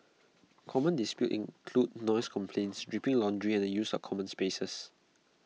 common disputes include noise complaints dripping laundry and the use of common spaces